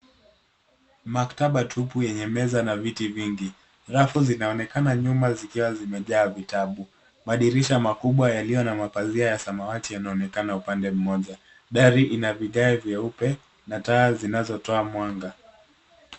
Maktaba tu enye meza na viti mingi. Rafu zinaonekana nyuma zikiwa zimejaa vitabu madirisha makubwa yalio na mapasia ya zamawati yanaonekana upande moja. Dari ina vigae nyeupe na taa zinazotoa mwanga.